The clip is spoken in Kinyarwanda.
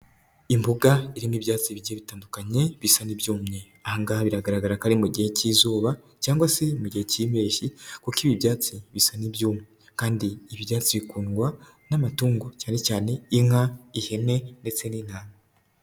Imbuga irimoi ibyatsi bigiye bitandukanye, bisa n'ibyumye, ahangaha biragaragara ko ari mu gihe k'izuba cyangwa se mu gihe k'impeshyi kuko ibi byatsi bisa n'ibbyumye kandi ibi ibyatsi bikundwa n'amatungo, cyane cyane inka, ihene ndetse n'intama.